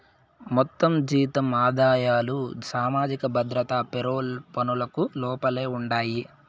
మొత్తం జీతం ఆదాయాలు సామాజిక భద్రత పెరోల్ పనులకు లోపలే ఉండాయి